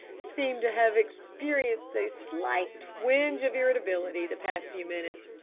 seem to have experienced a slight twinge of irritability the past few minutes.